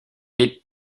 est